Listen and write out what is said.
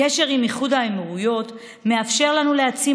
הקשר עם איחוד האמירויות מאפשר לנו להעצים